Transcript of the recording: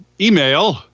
email